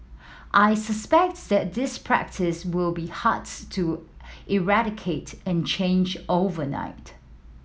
I suspect that this practice will be hard to eradicate and change overnight